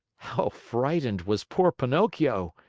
how frightened was poor pinocchio!